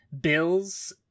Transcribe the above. Bills